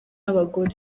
abagore